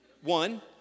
One